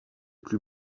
plus